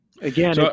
again